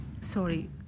sorry